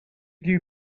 lui